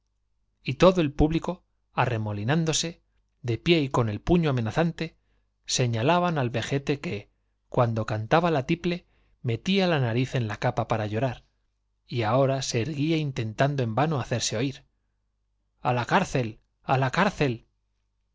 él y todo el público arremolinán dose de pie y con el puño amenazante señalaban al vejete que cuando cantaba la tiple metía la nariz en la capa para llorar y ahora se erguía intentando en vano hacerse oir i a la cárcel i a la cárcel